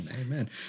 amen